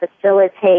facilitate